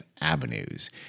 Avenues